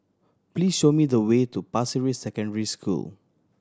please show me the way to Pasir Ris Secondary School